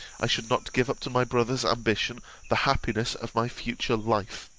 i should not give up to my brother's ambition the happiness of my future life.